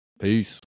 Peace